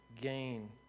gain